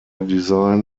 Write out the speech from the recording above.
design